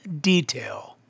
detail